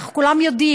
אך כולם יודעים,